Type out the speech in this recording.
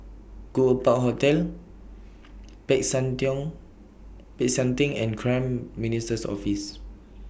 Goodwood Park Hotel Peck San Peck San Theng and Prime Minister's Office